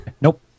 Nope